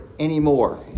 Anymore